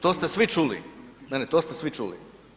To ste svi čuli, ne, ne to ste svi čuli.